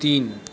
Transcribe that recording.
তিন